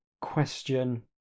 question